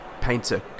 painter